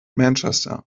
manchester